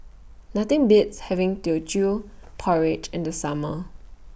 Nothing Beats having Teochew Porridge in The Summer